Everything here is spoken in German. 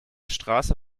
straße